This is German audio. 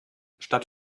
statt